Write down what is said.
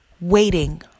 waiting